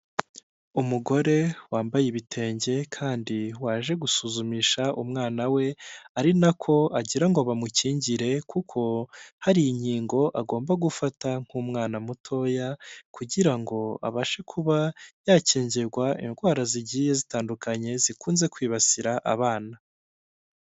Umugore wambaye ibitenge kandi waje gusuzumisha umwana we ari nako agira ngo bamukingire kuko hari inkingo agomba gufata nk'umwana mutoya kugira ngo abashe kuba yakingirwa indwara zigiye zitandukanye zikunze kwibasira abana.